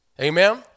Amen